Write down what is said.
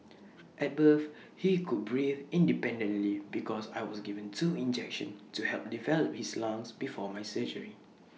at birth he could breathe independently because I was given two injections to help develop his lungs before my surgery